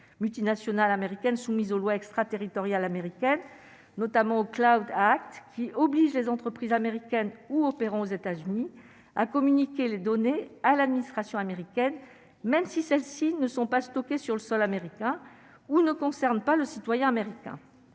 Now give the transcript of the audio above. multinationales américaines, soumises aux lois extraterritoriales américaines notamment au cloud Act, qui oblige les entreprises américaines ou opérant aux États-Unis à communiquer les données à l'administration américaine, même si celles-ci ne sont pas stockés sur le sol américain ou ne concerne pas le citoyen américain,